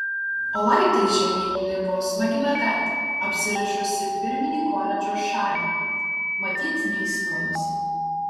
o laiptais žemyn lipo smagi mergaitė apsirišusi firminį koledžo šaliką matyt neįstojusi